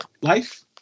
Life